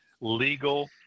legal